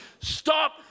Stop